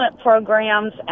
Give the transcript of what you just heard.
programs